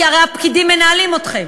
כי הרי הפקידים מנהלים אתכם.